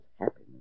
happiness